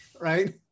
right